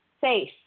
safe